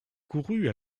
courut